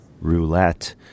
Roulette